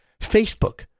Facebook